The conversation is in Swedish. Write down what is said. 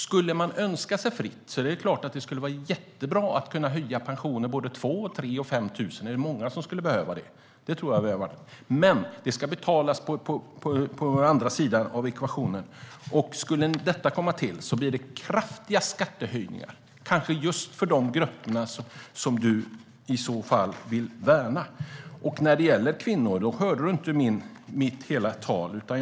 Om man kunde önska fritt skulle det vara jättebra att höja pensionen både 2 000, 3 000 eller 5 000 kronor. Det är många som skulle behöva det. Men detta ska betalas på andra sidan av ekvationen. Skulle detta bli av skulle det bli fråga om kraftiga skattehöjningar, kanske just för de grupper som Karin Rågsjö vill värna. När det gäller kvinnor lyssnade Karin Rågsjö inte på hela mitt anförande.